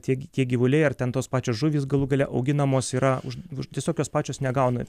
tie gi tie gyvuliai ar ten tos pačios žuvys galų gale auginamos yra tiesiog jos pačios negauna